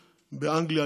באנגליה,